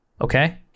Okay